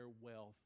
wealth